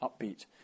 upbeat